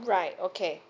right okay